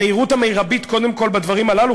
המרבית קודם כול בדברים הללו,